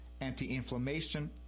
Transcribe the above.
anti-inflammation